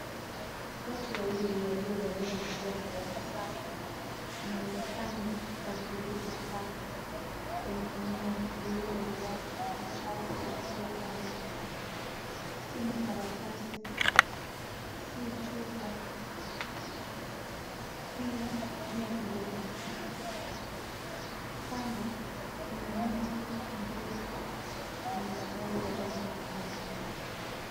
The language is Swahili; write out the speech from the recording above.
Watu wawili walio valia magwanda ya usafi wanaonekana wakivuta taka kwenye eneo lililojaa uchafu wa kila aina. Si makaratasi, si chupa, si vitu vya plastiki. Kando kuna miti mifupi yenye matawi ya rangi ya kijani kibichi.